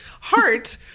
heart